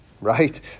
right